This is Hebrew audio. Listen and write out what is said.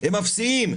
הם אפסיים.